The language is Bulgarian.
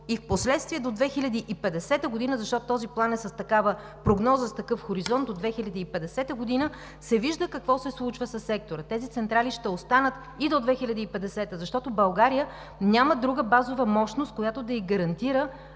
и впоследствие – до 2050 г., защото този план е с такава прогноза, с такъв хоризонт – до 2050 г., се вижда какво се случва със сектора. Тези централи ще останат и до 2050 г., защото България няма друга базова мощност, която да ѝ гарантира